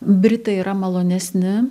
britai yra malonesni